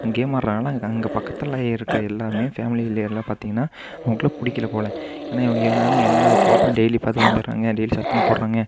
game ஆடுறாங்கன்னா அங்கே பக்கத்தில் இருக்கற எல்லாம் ஃபேமிலில எல்லாம் பார்த்திங்கன்னா அவங்களுக்கு பிடிக்கல போல என்னடா எப்போப்பாத்தாலும் டெய்லியும் பார்த்து வந்துடுறாங்க டெய்லியும் சத்தம் போடுறாங்க